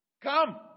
Come